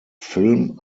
film